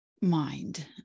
mind